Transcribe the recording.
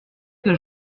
que